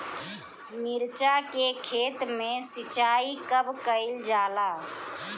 मिर्चा के खेत में सिचाई कब कइल जाला?